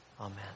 Amen